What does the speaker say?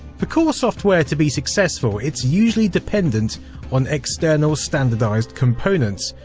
for core software to be successful, it's usually dependant on external standardised components.